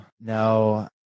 no